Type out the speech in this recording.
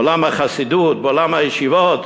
בעולם החסידות, בעולם הישיבות,